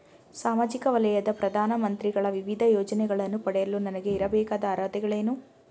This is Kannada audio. ಸಾಮಾಜಿಕ ವಲಯದ ಪ್ರಧಾನ ಮಂತ್ರಿಗಳ ವಿವಿಧ ಯೋಜನೆಗಳನ್ನು ಪಡೆಯಲು ನನಗೆ ಇರಬೇಕಾದ ಅರ್ಹತೆಗಳೇನು?